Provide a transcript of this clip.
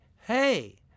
hey